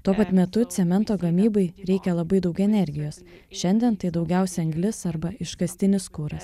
tuo pat metu cemento gamybai reikia labai daug energijos šiandien tai daugiausia anglis arba iškastinis kuras